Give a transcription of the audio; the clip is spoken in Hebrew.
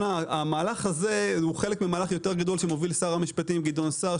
המהלך הזה הוא חלק ממהלך גדול יותר שמוביל שר המשפטים גדעון סער,